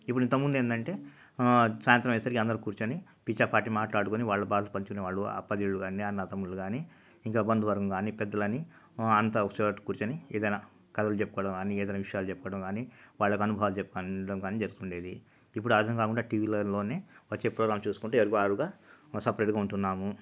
ఇప్పుడు ఇంతకముందు ఏందంటే సాయంత్రం అయ్యేసరికి అందరూ కూర్చొని పిచ్చాపార్టీ మాట్లాడుకొని వాళ్ళ బాధ పంచుకొనేవాళ్ళు అక్కా చెల్లెల్లు కానీ అన్నా తమ్ముళ్లు కానీ ఇంకా బంధువర్గం కానీ పెద్దలని అంతా ఒకచోట కుర్చొని ఏదైనా కథలు చెప్పుకోవడం అన్నీ ఏదైనా విషయాలు చెప్పుకోవడం కానీ వాళ్ళ అనుభవాలు చెప్పుకోవడం కాని చేస్తుండేది ఇప్పుడు ఆ విధంగా కాకుండా టీవీలోనే వచ్చే ప్రోగ్రాములు చూసుకుంటూ ఎవరికి వారుగా సపరేట్గా ఉంటున్నాము